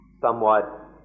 somewhat